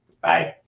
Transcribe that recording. Bye